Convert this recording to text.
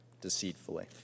deceitfully